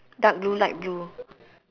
dark blue light blue